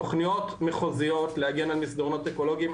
תוכניות מחוזיות להגן על מסדרונות אקולוגים,